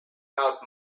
out